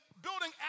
building